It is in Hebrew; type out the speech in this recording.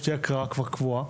שתהיה הקראה כבר קרואה,